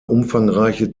umfangreiche